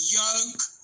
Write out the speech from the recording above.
yoke